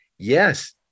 yes